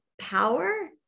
power